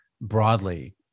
broadly